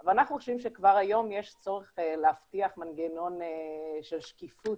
אבל אנחנו חושבים שכבר היום יש צורך להבטיח מנגנון של שקיפות